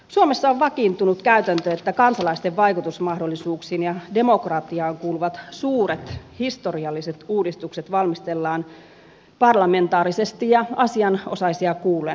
suomessa on vakiintunut käytäntö että kansalaisten vaikutusmahdollisuuksiin ja demokratiaan kuuluvat suuret historialliset uudistukset valmistellaan parlamentaarisesti ja asianosaisia kuullen